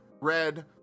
red